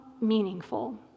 meaningful